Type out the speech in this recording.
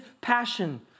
passion